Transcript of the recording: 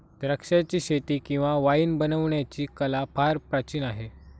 द्राक्षाचीशेती किंवा वाईन बनवण्याची कला फार प्राचीन आहे